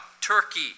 Turkey